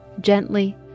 gently